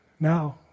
Now